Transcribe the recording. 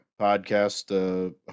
podcast